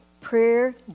prayer